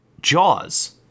Jaws